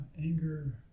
anger